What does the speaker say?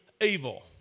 evil